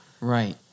Right